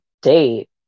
date